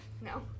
No